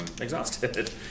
exhausted